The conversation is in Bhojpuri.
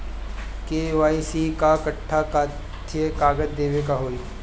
के.वाइ.सी ला कट्ठा कथी कागज देवे के होई?